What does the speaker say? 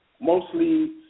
mostly